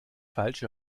falsche